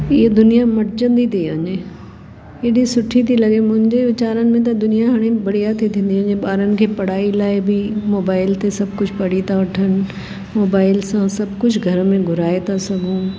हीअ दुनियां मटजंदी थी वञे एॾी सुठी थी लॻे मुंहिंजे विचारनि में त दुनियां हाणे बड़िया थी थींदी वञे ॿारनि खे पढ़ाई लाइ बि मोबाइल ते सभु कुझु पढ़ी था वठनि मोबाइल सां सभु कुझु घर में घुराइ था सघूं